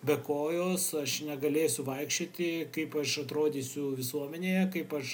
be kojos aš negalėsiu vaikščioti kaip aš atrodysiu visuomenėje kaip aš